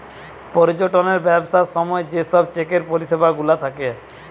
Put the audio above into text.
পর্যটনের ব্যবসার সময় যে সব চেকের পরিষেবা গুলা থাকে